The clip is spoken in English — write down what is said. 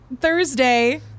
Thursday